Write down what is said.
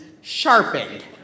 sharpened